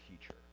teacher